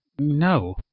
no